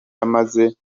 ameze